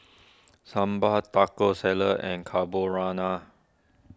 Sambar Taco Salad and Carbonara